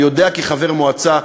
אני יודע כחבר מועצה,